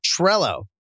Trello